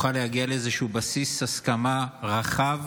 כדי שנוכל להגיע לאיזשהו בסיס הסכמה רחב